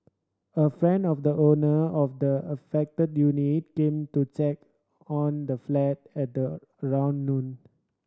a friend of the owner of the affected unit game to check on the flat at around noon